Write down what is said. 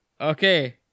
Okay